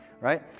right